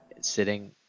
sitting